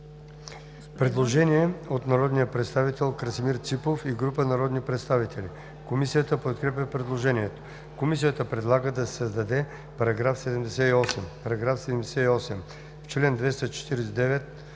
Предложение от народния представител Красимир Ципов и група народни представители. Комисията подкрепя предложението. Комисията предлага да се създаде нов § 9: „§ 9.